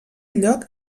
lloc